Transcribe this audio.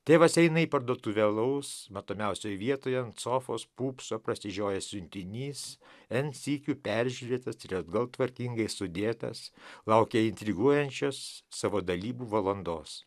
tėvas eina į parduotuvę alaus matomiausioje vietoje ant sofos pūpso prasižiojęs siuntinys n sykių peržiūrėtas ir atgal tvarkingai sudėtas laukia intriguojančios savo dalybų valandos